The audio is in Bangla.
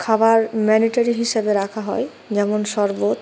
খাবার ম্যান্ডেটারি হিসাবে রাখা হয় যেমন শরবত